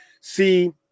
see